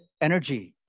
energy